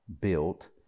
built